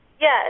Yes